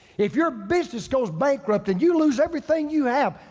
if your business goes bankrupt and you lose everything you have,